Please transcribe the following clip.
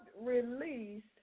released